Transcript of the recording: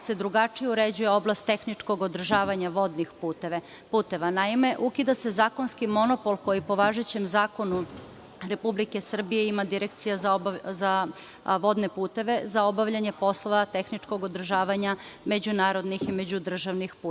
se drugačije uređuje oblast tehničkog održavanja vodnih puteva. Naime, ukida se zakonski monopol, koji po važećem Zakonu Republike Srbije ima Direkcija za vodne puteve za obavljanje poslova tehničkog održavanja međunarodnih i međudržavnih puteva.